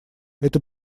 это